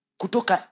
kutoka